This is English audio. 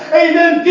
amen